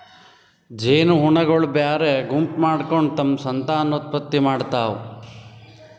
ಜೇನಹುಳಗೊಳ್ ಬ್ಯಾರೆ ಗುಂಪ್ ಮಾಡ್ಕೊಂಡ್ ತಮ್ಮ್ ಸಂತಾನೋತ್ಪತ್ತಿ ಮಾಡ್ತಾವ್